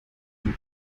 plus